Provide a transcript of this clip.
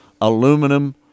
aluminum